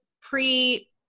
pre